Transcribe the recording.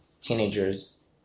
teenagers